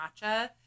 matcha